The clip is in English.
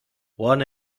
one